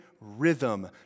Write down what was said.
rhythm